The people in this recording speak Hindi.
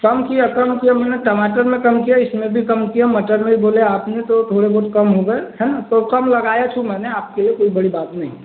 कम किया कम किया मैंने टमाटर में कम किया इसमें भी कम किया मटर में बोले आपने तो थोड़े बहुत कम हो गए है है न तो कम लगाए थे मैंने आपके लिए कोई बड़ी बात नहीं है